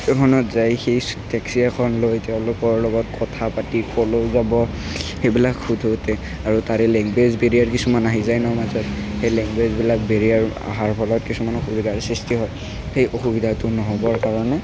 এখনত যায় সেই টেক্সি এখন লৈ তেওঁলোকৰ লগত কথা পাতি ক'লৈ যাব সেইবিলাক সোধোতে আৰু তাৰে লেঙ্গুৱেজ বেৰিয়াৰ কিছুমান আহি যায় ন মাজত সেই লেঙ্গুৱেজবিলাক বেৰিয়াৰ আহাৰ ফলত কিছুমান অসুবিধাৰ সৃষ্টি হয় সেই অসুবিধাটো নহ'বৰ কাৰণে